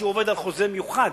שהוא עובד בחוזה מיוחד,